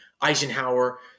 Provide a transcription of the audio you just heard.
Eisenhower